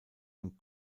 dem